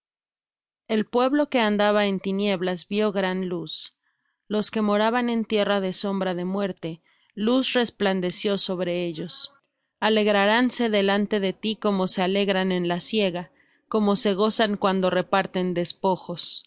el pueblo que andaba en tinieblas vió gran luz los que moraban en tierra de sombra de muerte luz resplandeció sobre ellos aumentando la gente no aumentaste la alegría alegraránse delante de ti como se alegran en la siega como se gozan cuando reparten despojos